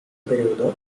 periodo